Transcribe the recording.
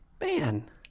Man